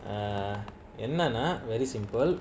err என்னனா:ennana very simple